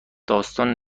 داستان